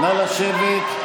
נא לשבת.